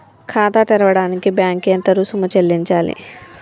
ఖాతా తెరవడానికి బ్యాంక్ కి ఎంత రుసుము చెల్లించాలి?